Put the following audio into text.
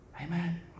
Amen